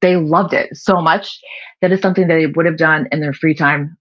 they loved it so much that it's something they would have done in their free time